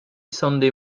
sunday